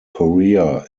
korea